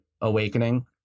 awakening